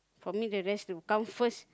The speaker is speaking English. for me the rest will come first